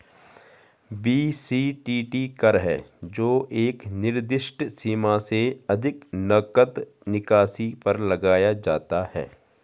BCTT कर है जो एक निर्दिष्ट सीमा से अधिक नकद निकासी पर लगाया जाता है